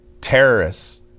terrorists